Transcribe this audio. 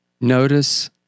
Notice